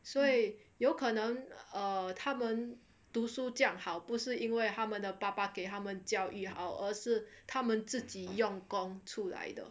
所以有可能 uh 他们读书这样好不是因为他们的爸爸给他们教育好而是他们自己用功出来的